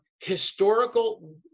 historical